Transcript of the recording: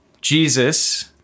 Jesus